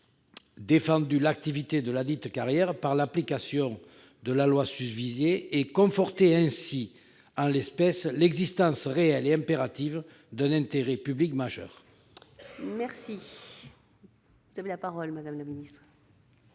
défendu l'activité de ladite carrière par l'application de la loi susvisée, confortant ainsi, en l'espèce, l'existence réelle et impérative d'un intérêt public majeur ? La parole est à Mme la ministre.